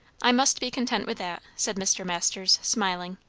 i must be content with that, said mr. masters, smiling.